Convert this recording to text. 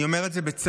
אני אומר את זה בצער,